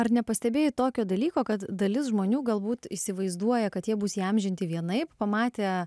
ar nepastebėjai tokio dalyko kad dalis žmonių galbūt įsivaizduoja kad jie bus įamžinti vienaip pamatę